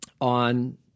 on –